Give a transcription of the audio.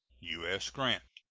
u s. grant.